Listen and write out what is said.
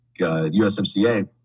USMCA